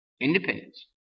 Independence